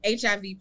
HIV